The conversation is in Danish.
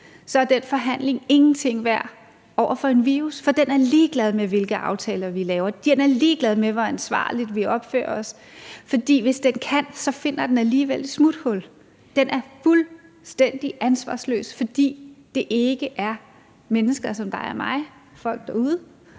er den forhandling ingenting værd over for en virus, for den er ligeglad med, hvilke aftaler vi laver, den er ligeglad med, hvor ansvarligt vi opfører os, for hvis den kan, finder den alligevel et smuthul. Den er fuldstændig ansvarsløs, fordi det ikke er mennesker som dig og mig, folk derude,